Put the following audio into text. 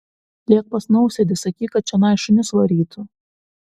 lėk pas nausėdį sakyk kad čionai šunis varytų